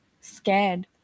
scared